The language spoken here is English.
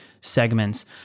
segments